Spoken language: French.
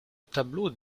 tableau